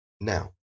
Now